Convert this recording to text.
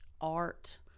art